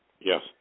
Yes